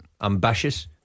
Ambitious